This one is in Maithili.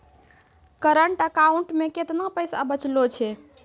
करंट अकाउंट मे केतना पैसा बचलो छै?